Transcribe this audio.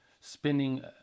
spending